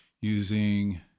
using